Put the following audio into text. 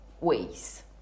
ways